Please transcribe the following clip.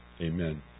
amen